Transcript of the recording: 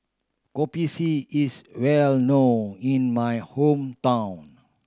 Kopi C is well known in my hometown